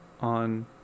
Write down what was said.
on